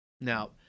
now